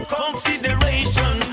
consideration